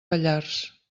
pallars